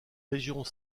régions